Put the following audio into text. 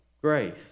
grace